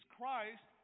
Christ